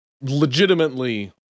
legitimately